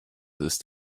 ist